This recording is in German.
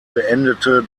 beendete